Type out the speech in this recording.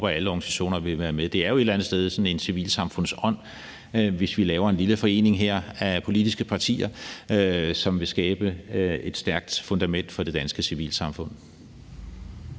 at alle organisationer vil være med. Det er jo eller andet sted i civilsamfundets ånd, hvis vi laver en lille forening af politiske partier, som vil skabe et stærkt fundament for det danske civilsamfund.